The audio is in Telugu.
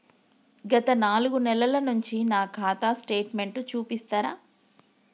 గత నాలుగు నెలల నుంచి నా ఖాతా స్టేట్మెంట్ చూపిస్తరా?